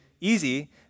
easy